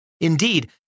Indeed